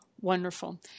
Wonderful